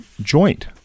joint